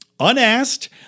unasked